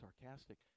sarcastic